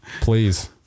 Please